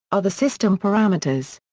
are the system parameters.